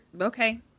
Okay